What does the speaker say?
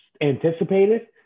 anticipated